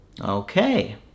Okay